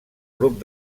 grup